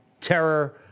terror